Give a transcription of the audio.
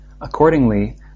accordingly